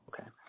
Okay